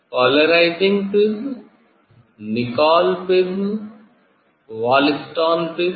polarising prism Nicol prism Wollaston prism